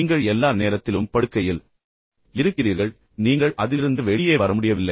நீங்கள் எல்லா நேரத்திலும் படுக்கையில் இருக்கிறீர்கள் பின்னர் நீங்கள் அதிலிருந்து வெளியே வர முடியவில்லை